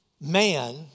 man